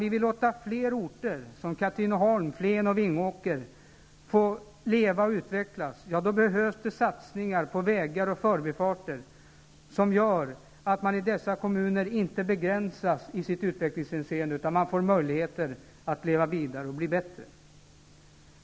Om vi vill låta fler orter som Katrineholm, Flen och Vingåker få leva och utvecklas behövs det satsningar på vägar och förbifarter som gör att man i dessa kommuner inte begränsas i sitt utvecklingshänseende, utan får möjligheter att leva vidare och bli bättre.